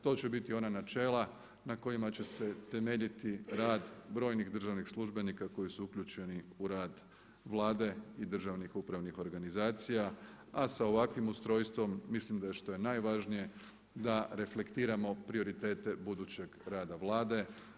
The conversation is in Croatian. To će biti ona načela na kojima će se temeljit rad brojnih državnih službenika koji su uključeni u rad Vlade i državnih upravnih organizacija a sa ovakvim ustrojstvom mislim da što je najvažnije da reflektiramo prioritete budućeg rada Vlade.